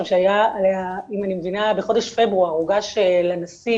שהיה עליה אם אני מבינה בחודש פברואר הוגש לנשיא,